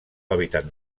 hàbitat